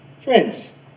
Friends